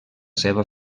seva